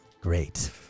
Great